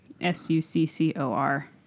S-U-C-C-O-R